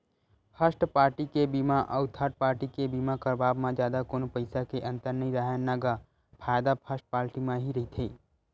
first party के बीमा अउ थर्ड पाल्टी के बीमा करवाब म जादा कोनो पइसा के अंतर नइ राहय न गा फायदा फस्ट पाल्टी म ही रहिथे